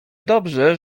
dobrze